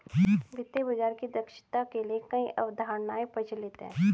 वित्तीय बाजार की दक्षता के लिए कई अवधारणाएं प्रचलित है